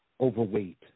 overweight